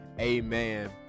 Amen